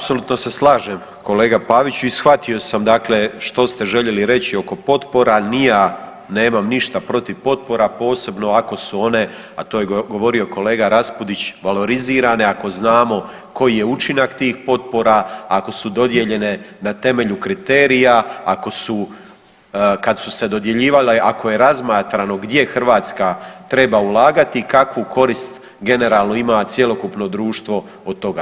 Apsolutno se slažem, kolega Paviću i shvatio sam dakle što ste željeli reći oko potpora, ni ja nemam ništa protiv potpora posebno ako su one, a to je govorio kolega Raspudić valorizirane, ako znamo koji je učinak tih potpora, ako su dodijeljene na temelju kriterija, ako su kad su se dodjeljivale, ako je razmatrano gdje Hrvatska treba ulagati, kakvu korist generalno ima cjelokupno društvo od toga.